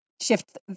shift